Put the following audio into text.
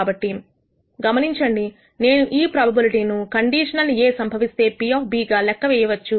కాబట్టి గమనించండి నేను ఈ ప్రొబబిలిటిను కండిషనల్ A సంభవిస్తే P గా లెక్క వేయవచ్చు